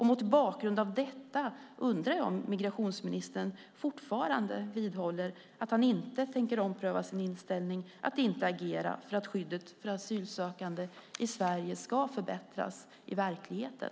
Mot bakgrund av detta undrar jag om migrationsministern fortfarande vidhåller att han inte tänker ompröva sin inställning att inte agera för att skyddet för asylsökande i Sverige ska förbättras i verkligheten.